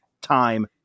time